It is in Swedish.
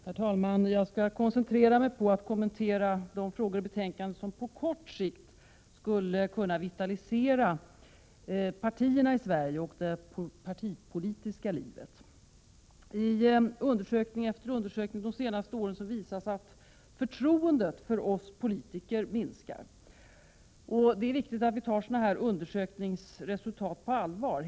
Herr talman! Jag skall koncentrera mig till att kommentera de frågor i betänkandet som på kort sikt skulle kunna vitalisera partierna i Sverige och det partipolitiska livet. I undersökning efter undersökning de senaste åren visas att förtroendet för oss politiker minskar. Det är viktigt att vi tar sådana undersökingsresultat på allvar.